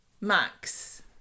Max